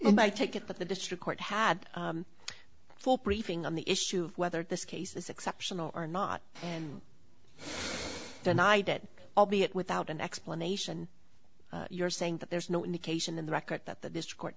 and i take it but the district court had a full briefing on the issue of whether this case is exceptional are not and tonight it albeit without an explanation you're saying that there's no indication in the record that that this court